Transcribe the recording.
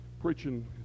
preaching